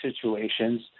situations